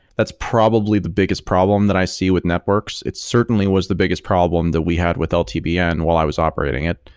that's probably the biggest problem that i see with networks. it certainly was the biggest problem that we had with ltbn while i was operating it,